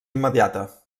immediata